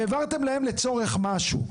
העברתם להם לצורך משהו.